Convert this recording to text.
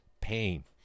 pain